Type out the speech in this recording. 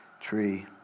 tree